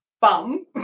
Bum